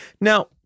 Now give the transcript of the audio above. Now